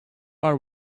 are